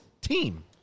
team